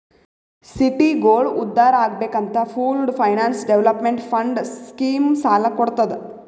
ಸಿಟಿಗೋಳ ಉದ್ಧಾರ್ ಆಗ್ಬೇಕ್ ಅಂತ pooled finance development fund scheme ಸಾಲ ಕೊಡ್ತುದ್